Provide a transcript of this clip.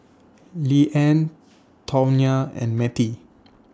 Leeann Tawnya and Mattie